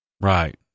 Right